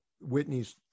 Whitney's